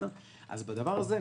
אז בדבר הזה,